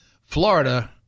Florida